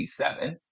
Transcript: C7